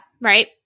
Right